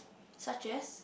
such as